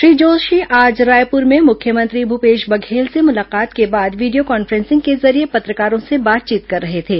श्री जोशी आज रायपुर में मुख्यमंत्री भूपेश बघेल से मुलाकात के बाद वीडियो कॉन्फ्रेंसिंग के जरिये पत्रकारों से बातचीत कर रहे थे